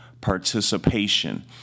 participation